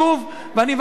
ואני מבקש ממך,